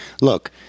look